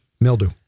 Mildew